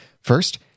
First